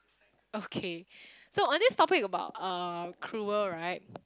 okay so on this topic about uh cruel right